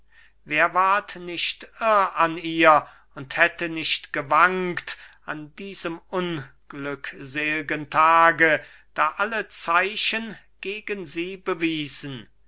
wer ward nicht irr an ihr und hätte nicht gewankt an diesem unglückselgen tage da alle zeichen gegen sie bewiesen